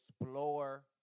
explore